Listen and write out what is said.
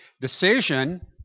decision